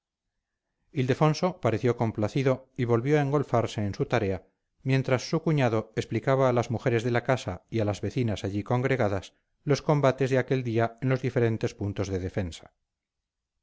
ildefonso pareció complacido y volvió a engolfarse en su tarea mientras su cuñado explicaba a las mujeres de la casa y a las vecinas allí congregadas los combates de aquel día en los diferentes puntos de defensa